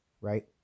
right